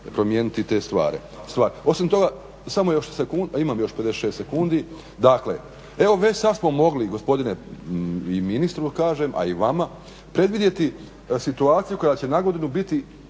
promijeniti te stvari. Osim toga, samo još sekundu, imam još 56 sekundi. Dakle, evo već sad smo mogli gospodine i ministru kažem, a i vama, predvidjeti situaciju koja će nagodinu biti,